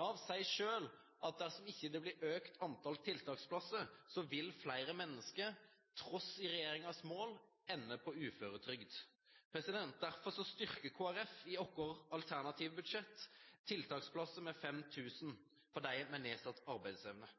Nav sier selv at dersom det ikke blir et økt antall tiltaksplasser, vil flere mennesker, til tross for regjeringens mål, ende på uføretrygd. Derfor øker Kristelig Folkeparti i sitt alternative budsjett antall tiltaksplasser med 5 000 for dem med nedsatt arbeidsevne.